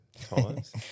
times